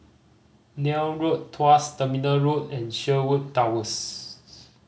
Neil Road Tuas Terminal Road and Sherwood Towers